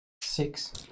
Six